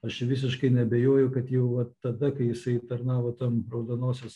aš visiškai neabejoju kad jau vat tada kai jisai tarnavo tam raudonosios